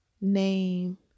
name